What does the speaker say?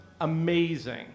amazing